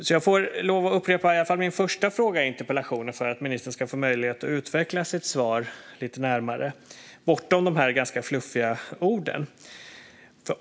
Jag får därför lov att upprepa i alla fall min första fråga i interpellationen för att ministern ska få möjlighet att utveckla sitt svar lite närmare, bortom de här ganska fluffiga orden.